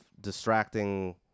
distracting